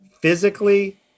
physically